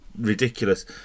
ridiculous